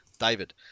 David